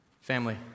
Family